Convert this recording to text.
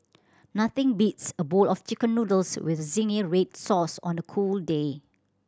nothing beats a bowl of Chicken Noodles with zingy red sauce on a cold day